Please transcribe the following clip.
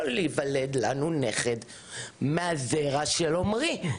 יכול להיוולד לנו נכד מהזרע של עומרי.